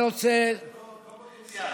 לא פוטנציאל,